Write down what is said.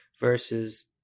versus